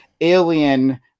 alien